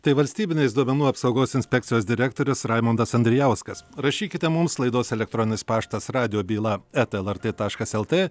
tai valstybinės duomenų apsaugos inspekcijos direktorius raimondas andrijauskas rašykite mums laidos elektroninis paštas radijo byla eta lrt taškas lt